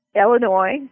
Illinois